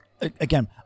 Again